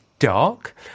Dark